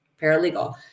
paralegal